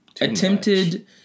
attempted